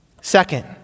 Second